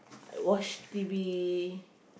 I watch T_V